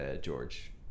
George